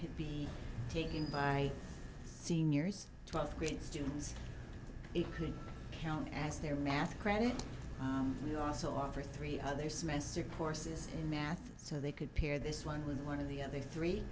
could be taken by seniors twelfth grade students it could count as their math credit we also offer three other semester courses in math so they could pair this one with one of the other three